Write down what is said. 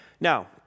Now